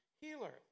healer